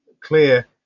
clear